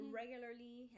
regularly